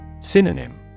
Synonym